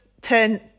turn